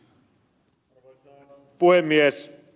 arvoisa puhemies